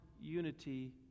unity